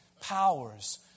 powers